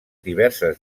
diverses